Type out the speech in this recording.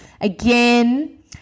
Again